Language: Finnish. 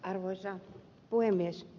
arvoisa puhemies